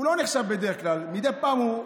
הוא לא נחשב בדרך כלל, מדי פעם הוא קופץ,